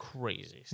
Crazy